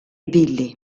billy